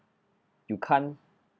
you can't